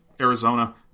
Arizona